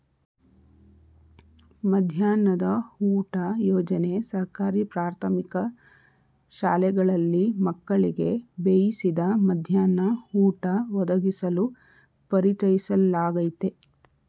ಮಧ್ಯಾಹ್ನದ ಊಟ ಯೋಜನೆ ಸರ್ಕಾರಿ ಪ್ರಾಥಮಿಕ ಶಾಲೆಗಳಲ್ಲಿ ಮಕ್ಕಳಿಗೆ ಬೇಯಿಸಿದ ಮಧ್ಯಾಹ್ನ ಊಟ ಒದಗಿಸಲು ಪರಿಚಯಿಸ್ಲಾಗಯ್ತೆ